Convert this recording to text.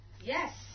Yes